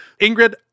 Ingrid